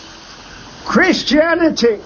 Christianity